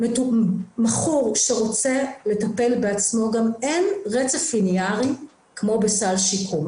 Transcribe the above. שמכור שרוצה לטפל בעצמו אין רצף לינארי כמו בסל שיקום.